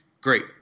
great